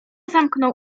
zamknął